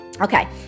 Okay